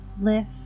lift